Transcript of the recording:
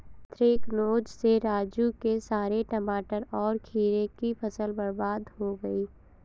anthracnose से राजू के सारे टमाटर और खीरे की फसल बर्बाद हो गई